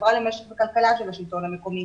החברה למשק וכלכלה של השלטון המקומי,